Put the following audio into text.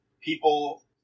people